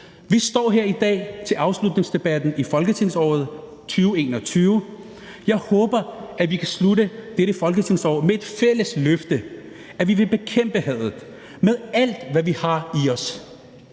Vi står her i dag til afslutningsdebatten i folketingsåret 2021, og jeg håber, at vi kan slutte dette folketingsår med et fælles løfte om, at vi vil bekæmpe hadet med alt, hvad vi har i os,